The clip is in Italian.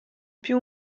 più